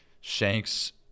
Shanks